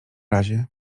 razie